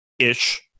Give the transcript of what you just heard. Ish